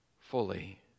fully